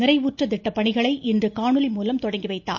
நிறைவுற்ற திட்டப்பணிகளை இன்று காணொலி மூலம் தொடங்கி வைத்துள்ளார்